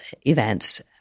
events